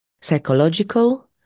psychological